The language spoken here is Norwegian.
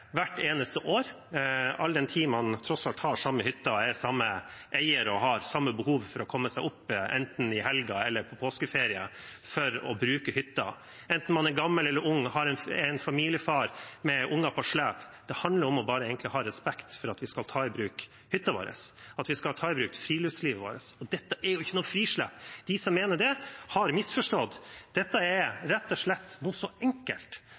hvert eneste år, all den tid man tross alt har den samme hytta, eieren er den samme, og man har samme behov for å komme seg opp, enten i helga eller på påskeferie, for å bruke hytta, enten man er gammel eller ung, eller er en familiefar med unger på slep. Det handler egentlig bare om å ha respekt for at vi skal få ta i bruk hytta vår, at vi skal få ta i bruk friluftslivet vårt. Og dette er jo ikke noe frislipp. De som mener det, har misforstått. Dette er